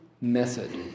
method